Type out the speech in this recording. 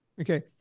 Okay